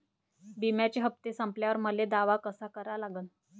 बिम्याचे हप्ते संपल्यावर मले दावा कसा करा लागन?